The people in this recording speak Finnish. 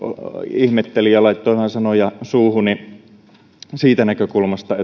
ihmetteli ja laittoi vähän sanoja suuhuni siitä näkökulmasta